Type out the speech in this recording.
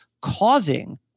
causing